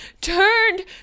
turned